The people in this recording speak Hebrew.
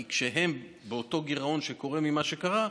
כי כשהם באותו גירעון שקורה ממה שקרה,